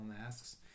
masks